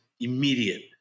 immediate